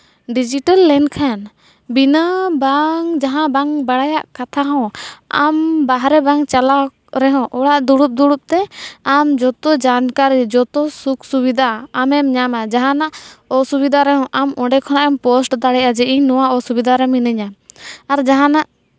digital ᱞᱮᱱᱠᱷᱟᱱ ᱵᱤᱱᱟᱹ ᱵᱟᱝ ᱡᱟᱦᱟᱸ ᱵᱟᱝ ᱵᱟᱲᱟᱭᱟᱜ ᱠᱟᱛᱷᱟ ᱦᱚᱸ ᱟᱢ ᱵᱟᱦᱨᱮ ᱵᱟᱝ ᱪᱟᱞᱟᱜ ᱨᱮᱦᱚᱸ ᱚᱲᱟᱜ ᱫᱩᱲᱩᱵ ᱫᱩᱲᱩᱵ ᱛᱮ ᱟᱢ ᱡᱚᱛᱚ ᱡᱟᱱᱠᱟᱹᱨᱤ ᱡᱚᱛᱚ ᱥᱩᱠᱷ ᱥᱩᱵᱤᱫᱷᱟ ᱟᱢᱮᱢ ᱧᱟᱢᱟ ᱡᱟᱦᱟᱱᱟᱜ ᱚᱥᱩᱵᱤᱫᱷᱟ ᱨᱮᱦᱚᱸ ᱚᱸᱰᱮ ᱠᱷᱚᱱᱟᱜ ᱮᱢ ᱯᱳᱥᱴ ᱫᱟᱲᱮᱭᱟᱜᱼᱟ ᱡᱮ ᱤᱧ ᱱᱚᱣᱟ ᱚᱥᱩᱵᱤᱫᱷᱟ ᱨᱮ ᱢᱤᱱᱟᱹᱧᱟ ᱟᱨ ᱡᱟᱦᱟᱱᱟᱜ